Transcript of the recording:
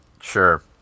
Sure